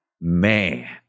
man